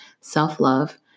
self-love